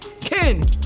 Ken